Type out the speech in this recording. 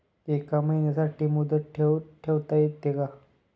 एका महिन्यासाठी मुदत ठेव ठेवता येते का?